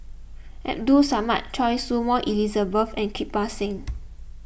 Abdul Samad Choy Su Moi Elizabeth and Kirpal Singh